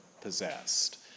possessed